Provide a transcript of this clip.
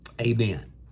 amen